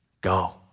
Go